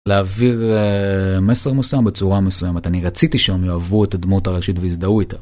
להעביר מסר מסויים בצורה מסוימת, אני רציתי שהם יאהבוו את הדמות הראשית וייזדהו איתה.